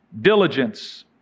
Diligence